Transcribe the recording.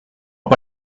pas